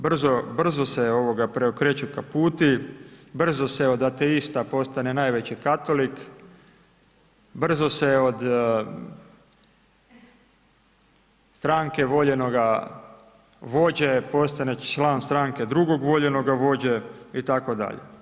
Brzo se preokreću kaputi, brzo se od ateista postane najveći katolik, brzo se od stranke voljenoga vođe postane član stranke drugog voljenoga vođe itd.